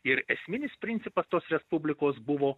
ir esminis principas tos respublikos buvo